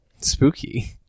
spooky